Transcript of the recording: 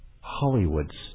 Hollywood's